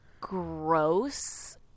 gross